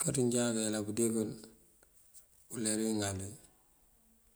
Káaţan já mëyëlan kandee kul uler wí mëŋal wí.